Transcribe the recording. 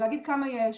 להגיד כמה יש,